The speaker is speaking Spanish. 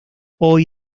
hoy